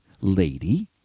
Lady